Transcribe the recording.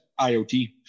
iot